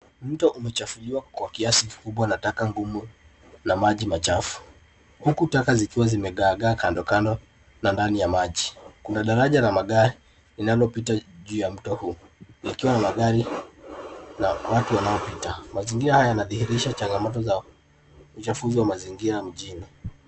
Mto umechafuliwa kwa kiasi kikubwa na taka ngumu na maji machafu. Huku taka zikiwa zimegaagaa kando kando na ndani ya maji. Kuna daraja la magari linalopita juu ya mto huu likiwa na gari na watu wanaopita. Mazingira haya yanadhihirisha changamoto za uchafuzi wa mazingira mjini.